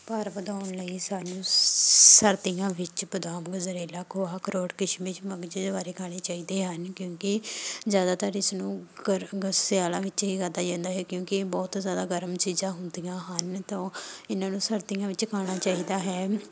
ਭਾਰ ਵਧਾਉਣ ਲਈ ਸਾਨੂੰ ਸਰਦੀਆਂ ਵਿੱਚ ਬਦਾਮ ਗਜਰੇਲਾ ਖੋਆ ਅਖਰੋਟ ਕਿਸ਼ਮਿਸ਼ ਮਗਜ਼ ਛੁਆਰੇ ਖਾਣੇ ਚਾਹੀਦੇ ਹਨ ਕਿਉਂਕਿ ਜ਼ਿਆਦਾਤਰ ਇਸਨੂੰ ਗਰਮ ਸਿਆਲਾਂ ਵਿੱਚ ਹੀ ਖਾਧਾ ਜਾਂਦਾ ਹੈ ਕਿਉਂਕਿ ਇਹ ਬਹੁਤ ਜ਼ਿਆਦਾ ਗਰਮ ਚੀਜ਼ਾਂ ਹੁੰਦੀਆਂ ਹਨ ਤਾਂ ਇਹਨਾਂ ਨੂੰ ਸਰਦੀਆਂ ਵਿੱਚ ਖਾਣਾ ਚਾਹੀਦਾ ਹੈ